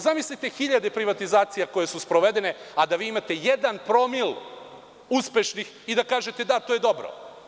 Zamislite hiljade privatizacija koje su sprovedene, a da vi imate 1. promil uspešnih i da kažete – da, to je dobro.